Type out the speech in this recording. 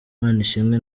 imanishimwe